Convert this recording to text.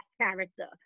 character